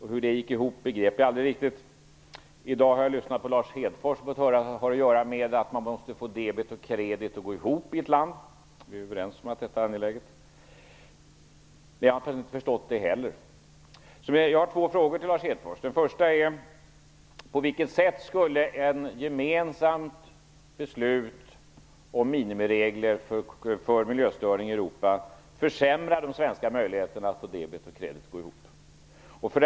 Hur det gick ihop begrep jag aldrig riktigt. I dag har jag lyssnat på Lars Hedfors och fått höra att det har att göra med att man måste få debet och kredit att gå ihop i ett land. Vi är överens om att detta är angeläget. Men jag har inte förstått det heller. Därför har jag två frågor till Lars Hedfors. På vilket sätt skulle ett gemensamt beslut om minimiregler för miljöförstöring i Europa försämra de svenska möjligheterna att få debet och kredit att gå ihop?